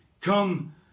come